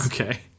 Okay